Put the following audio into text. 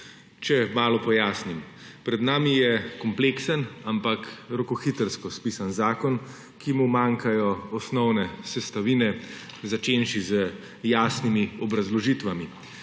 Naj malce pojasnim. Pred nami je kompleksen, toda rokohitrsko spisan zakon, ki mu manjkajo osnovne sestavine, začenši z jasnimi obrazložitvami.